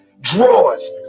drawers